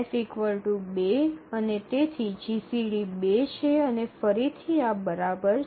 F ૨ અને તેથી GCD ૨ છે અને ફરીથી આ બરાબર છે